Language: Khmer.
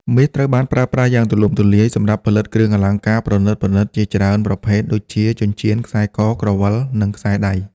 មាសត្រូវបានប្រើប្រាស់យ៉ាងទូលំទូលាយសម្រាប់ផលិតគ្រឿងអលង្ការប្រណិតៗជាច្រើនប្រភេទដូចជា ចិញ្ចៀន ខ្សែក ក្រវិល និងខ្សែដៃ។